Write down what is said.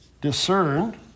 discern